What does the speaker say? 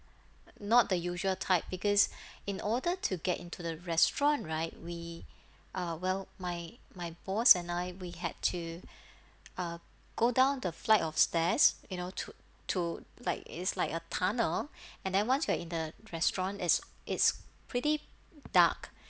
not the usual type because in order to get into the restaurant right we uh well my my boss and I we had to uh go down the flight of stairs you know to to like is like a tunnel and then once you're in the restaurant is it's pretty dark